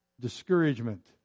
Discouragement